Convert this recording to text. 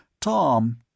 Tom